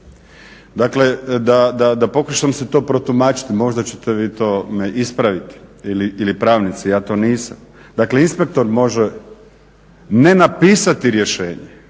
Dakle, da pokušam si to protumačiti, možda ćete vi to me ispraviti ili pravnici, ja to nisam. Dakle, inspektor može ne napisati rješenje,